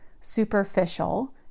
superficial